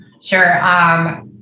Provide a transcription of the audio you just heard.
Sure